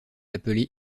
appelée